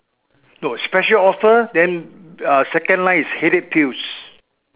no special offer then uh second line is headache pills